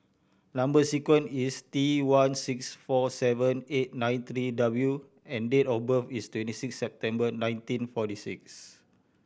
number sequence is T one six four seven eight nine three W and date of birth is twenty six September nineteen forty six